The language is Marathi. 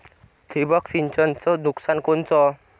ठिबक सिंचनचं नुकसान कोनचं?